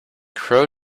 crow